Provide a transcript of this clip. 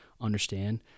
understand